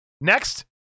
Next